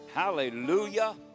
hallelujah